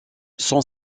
son